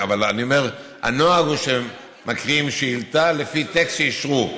אבל אני אומר שהנוהג הוא שמקריאים שאילתה לפי טקסט שאישרו.